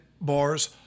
bars